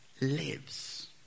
lives